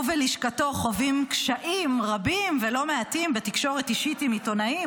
הוא ולשכתו חווים קשיים רבים ולא מעטים בתקשורת אישית עם עיתונאים,